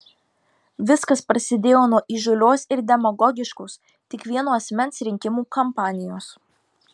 viskas prasidėjo nuo įžūlios ir demagogiškos tik vieno asmens rinkimų kampanijos